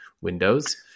windows